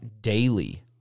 daily